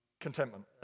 Contentment